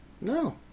No